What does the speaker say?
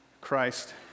Christ